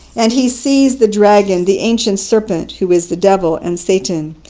and he seized the dragon, the ancient serpent, who is the devil and satan,